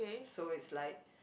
so it's like